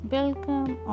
Welcome